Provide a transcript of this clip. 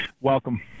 Welcome